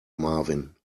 marvin